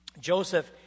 Joseph